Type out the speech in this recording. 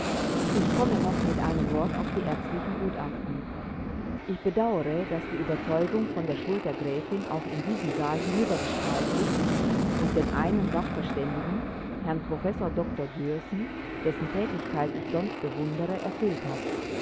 ich komme noch mit einem wort auf die ärztlichen gutachten ich bedauere daß die überzeugung von der schuld der gräfin auch in diesen saal hinübergestrahlt ist und den einen sachverständigen herrn professor dr dührßen dessen tätigkeit ich sonst bewundere erfüllt hat